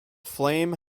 flame